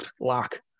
lock